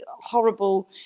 horrible